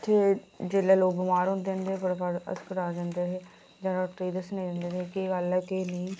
इत्थै जेल्लै लोग बमार होंदे फटोफट अस्पताल लेंदे न डाक्टर ई दस्सने कन्नै केह् गल्ल ऐ केह् नेईं